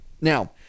Now